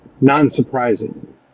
non-surprising